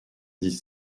dix